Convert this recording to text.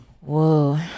whoa